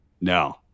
No